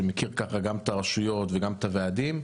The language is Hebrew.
שמכיר ככה גם את הרשויות וגם את הוועדים.